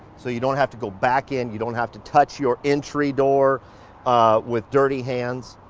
so you don't have to go back in. you don't have to touch your entry door with dirty hands.